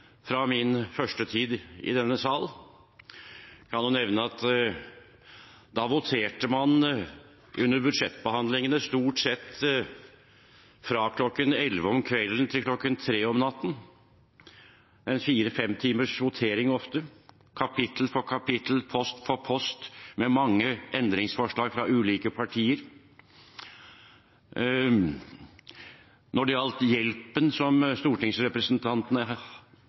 fra min første tid i denne sal. La meg nevne at da voterte man under budsjettbehandlingene stort sett fra klokken elleve om kvelden til klokken tre om natten – en fire–fem timers votering, ofte – kapittel for kapittel, post for post, med mange endringsforslag fra ulike partier. Når det gjelder hjelpen som